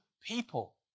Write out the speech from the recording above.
people